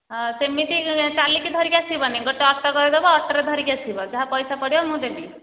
ହଁ ସେମିତି ଚାଲିକି ଧରିକି ଆସିବନି ଗୋଟେ ଅଟୋଟେ କରିଦେବ ଅଟୋରେ ଧରିକି ଆସିବ ଯାହା ପଇସା ପଡ଼ିବ ମୁଁ ଦେବି